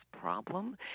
problem